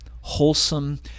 wholesome